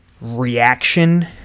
reaction